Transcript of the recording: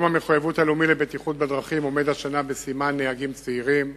היום הלאומי למחויבות לבטיחות בדרכים עומד השנה בסימן נהגים צעירים.